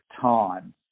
time